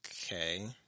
okay